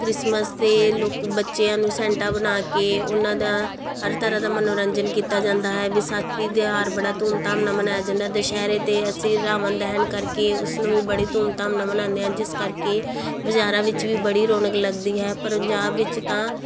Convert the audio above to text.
Christmas 'ਤੇ ਲੋਕ ਬੱਚਿਆਂ ਨੂੰ ਸੈਂਟਾਂ ਬਣਾ ਕੇ ਉਹਨਾਂ ਦਾ ਹਰ ਤਰ੍ਹਾਂ ਦਾ ਮਨੋਰੰਜਨ ਕੀਤਾ ਜਾਂਦਾ ਹੈ ਵਿਸਾਖੀ ਤਿਉਹਾਰ ਬੜਾ ਧੂਮਧਾਮ ਨਾਲ ਮਨਾਇਆ ਜਾਂਦਾ ਦੁਸ਼ਹਿਰੇ 'ਤੇ ਅਸੀਂ ਰਾਵਣ ਦਹਿਨ ਕਰਕੇ ਉਸਨੂੰ ਵੀ ਬੜੀ ਧੂਮਧਾਮ ਨਾਲ ਮਨਾਉਂਦੇ ਹਾਂ ਜਿਸ ਕਰਕੇ ਬਜ਼ਾਰਾਂ ਵਿੱਚ ਵੀ ਬੜੀ ਰੌਣਕ ਲੱਗਦੀ ਹੈ ਪਰ ਪੰਜਾਬ ਵਿੱਚ ਤਾਂ